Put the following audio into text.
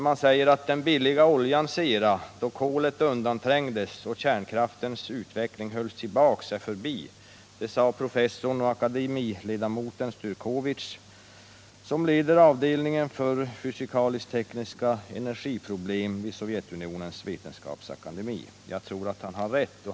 Man säger där: ”Den billiga oljans era, då kolet undanträngdes och kärnkraftens utveckling hölls tillbaka, är förbi.” Detta sade professorn och akademiledamoten Michail Styrkovitj, som leder avdelningen för fysikalisk-tekniska energiproblem vid Sovjetunionens vetenskapsakademi. Jag tror att han har rätt.